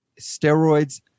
steroids